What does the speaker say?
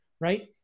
Right